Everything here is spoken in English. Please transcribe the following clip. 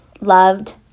loved